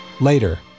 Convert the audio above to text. Later